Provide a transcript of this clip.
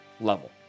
level